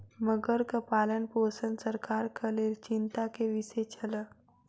मगरक पालनपोषण सरकारक लेल चिंता के विषय छल